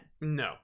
No